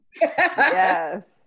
Yes